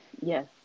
Yes